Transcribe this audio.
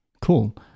Cool